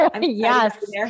Yes